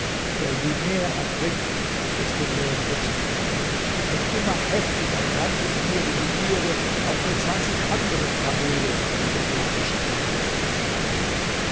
der je mehr er trinkt desto mehr durst bekommt und immer heftiger brannte in mir die begierde auch die zwanzig anderen kamele die der derwisch hatte noch zu bekommen